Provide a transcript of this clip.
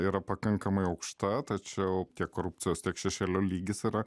yra pakankamai aukšta tačiau kiek korupcijos šešėlio lygis yra